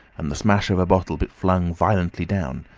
and the smash of a bottle but flung violently down,